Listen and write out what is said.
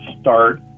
start